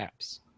apps